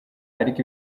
ariko